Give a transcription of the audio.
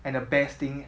and the best thing